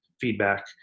feedback